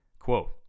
Quote